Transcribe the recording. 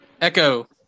Echo